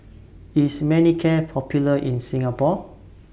IS Manicare Popular in Singapore